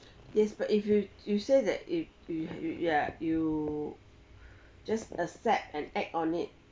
yes but if you you say that if you you you are you just accept and act on it